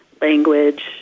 language